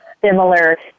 similar